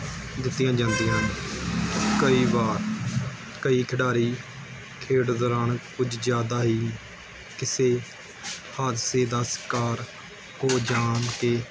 ਦਿੱਤੀਆਂ ਜਾਂਦੀਆਂ ਹਨ ਕਈ ਵਾਰ ਕਈ ਖਿਡਾਰੀ ਖੇਡ ਦੌਰਾਨ ਕੁਝ ਜ਼ਿਆਦਾ ਹੀ ਕਿਸੇ ਹਾਦਸੇ ਦਾ ਸ਼ਿਕਾਰ ਹੋ ਜਾਣ 'ਤੇ